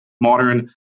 modern